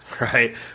right